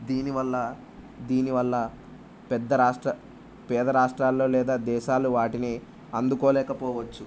దీనివల్ల దీనివల్ల పెద్ద రాష్ట్ర పేద రాష్ట్రాలు లేదా దేశాలు వాటిని అందుకోలేకపోవచ్చు